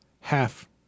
half